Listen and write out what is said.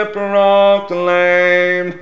proclaim